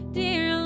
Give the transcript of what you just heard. dear